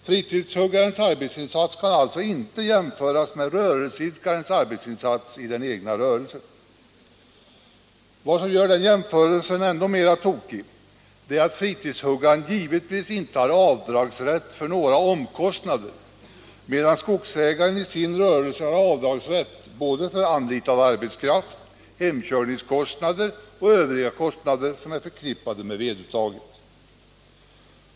Fritidshuggarens arbetsinsats kan alltså inte jämföras med rörelseidkarens arbetsinsats i den egna rörelsen. Vad som gör den här jämförelsen ändå mer tokig är att fritidshuggaren givetvis inte har avdragsrätt för några omkostnader, medan skogsägaren i sin rörelse har avdragsrätt för både anlitad arbetskraft, hemkörningskostnader och övriga kostnader som är förknippade med veduttaget.